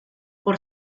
por